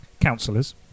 councillors